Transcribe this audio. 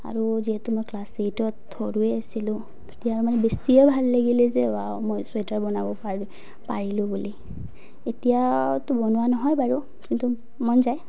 আৰু যিহেতু মই ক্লাছ এইটত সৰুৱেই আছিলোঁ তেতিয়া আৰু মানে বেছিয়ে ভাল লাগিলে যে ৱাও মই চুৱেটাৰ বনাব পাৰ পাৰিলোঁ বুলি এতিয়াতো বনোৱা নহয় বাৰু কিন্তু মন যায়